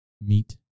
meet